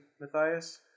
Matthias